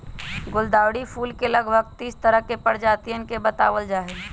गुलदावरी फूल के लगभग तीस तरह के प्रजातियन के बतलावल जाहई